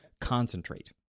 concentrate